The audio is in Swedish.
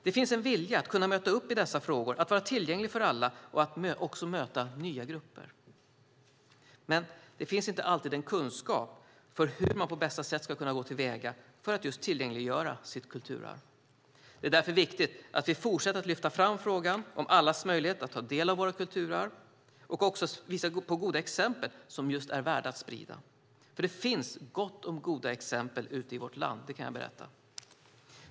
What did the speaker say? Det finns en vilja att möta dessa frågor, att vara tillgänglig för alla och att också möta nya grupper. Men det finns inte alltid en kunskap om hur man på bästa sätt ska kunna gå till väga för att just tillgängliggöra sitt kulturarv. Det är därför viktigt att vi fortsätter att lyfta fram frågan om allas möjlighet att ta del av våra kulturarv och också visar på goda exempel som är värda att sprida, för det finns gott om goda exempel i vårt land, det kan jag berätta.